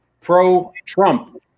pro-Trump